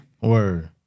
Word